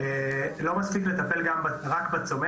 לא מספיק לטפל רק בצומח.